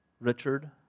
Richard